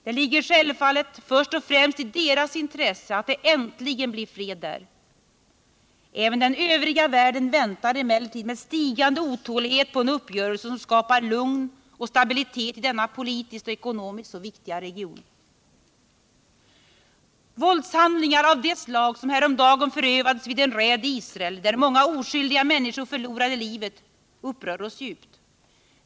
Det ligger självfallet först och främst i deras intresse att det äntligen blir fred där. Även den övriga världen väntar emellertid med stigande otålighet på en uppgörelse som skapar lugn och stabilitet i denna politiskt och ekonomiskt så viktiga region. Våldshandlingar av det slag som häromdagen förövades vid en raid i Israel, där många oskyldiga människor förlorade livet, upprör oss djupt.